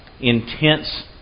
intense